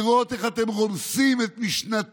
"איש אשר רוח בו".